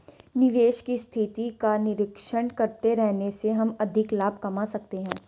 निवेश की स्थिति का निरीक्षण करते रहने से हम अधिक लाभ कमा सकते हैं